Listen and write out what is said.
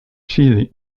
чили